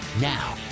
Now